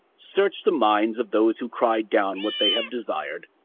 search the minds of those who cry down what they have desired,